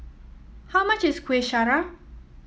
how much is Kuih Syara